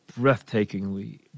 breathtakingly